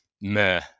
meh